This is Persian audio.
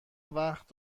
وقت